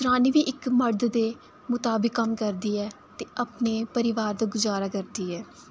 जनानी बी इक्क मर्द दे मुताबिक कम्म करदी ऐ ते अपने परिवार दा गुजारा करदी ऐ